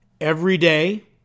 everyday